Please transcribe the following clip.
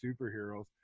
superheroes